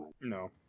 No